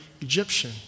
Egyptian